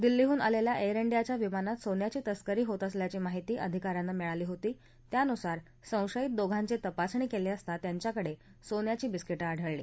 दिल्लीहून आलख्वा एअर इंडीयाच्या विमानात सोन्याची तस्करी होत असल्याची माहिती अधिकाऱ्यांना मिळाली होती त्यानुसार संशयित दोघांची तपासणी क्ली असता त्यांच्याकड्राज्ञिन्याची बिस्कीटखाढळली